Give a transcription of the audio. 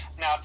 Now